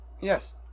Yes